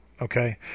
Okay